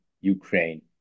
Ukraine